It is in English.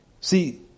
See